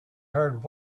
heard